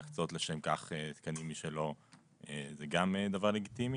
להקצות לשם כך תקנים משלו זה גם דבר לגיטימי.